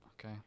Okay